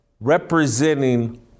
representing